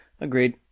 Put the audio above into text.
Agreed